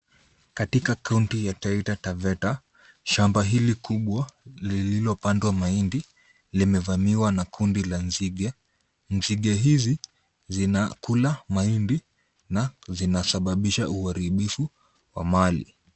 Katika kaunti ya Taita Taveta, shamba hili kubwa lililopandwa mahindi limevamiwa na kundi la nzige. Nzige hizi zinakula mahindi na zinasababisha uharibiifu wa mali.